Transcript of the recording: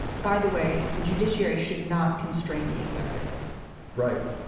by the way, the judiciary should not constrain the executive right.